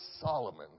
Solomon